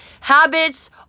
habits